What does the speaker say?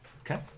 Okay